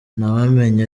ntawamenya